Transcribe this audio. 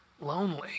lonely